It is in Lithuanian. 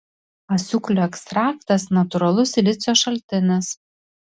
asiūklių ekstraktas natūralus silicio šaltinis